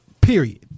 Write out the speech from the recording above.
Period